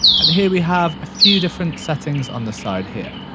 and here we have a few different settings on the side here.